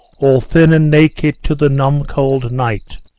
all thin and naked, to the numb-cold night?